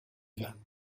van